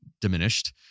diminished